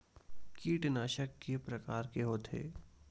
कीटनाशक के प्रकार के होथे?